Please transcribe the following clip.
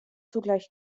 zugleich